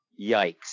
Yikes